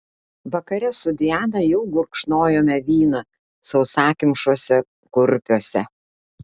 vakare su diana jau gurkšnojome vyną sausakimšuose kurpiuose